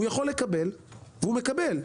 הוא יכול לקבל והוא מקבל,